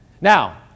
Now